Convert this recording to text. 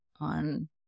on